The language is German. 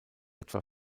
etwa